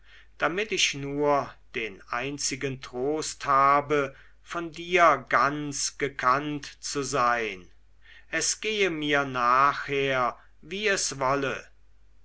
damit ich nur den einzigen trost habe von dir ganz gekannt zu sein es gehe mir nachher wie es wolle